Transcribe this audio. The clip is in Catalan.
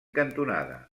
cantonada